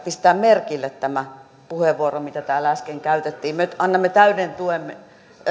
pistää merkille tämä puheenvuoro joka täällä äsken käytettiin me annamme täyden tuen